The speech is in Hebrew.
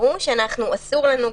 ברור שאסור לנו,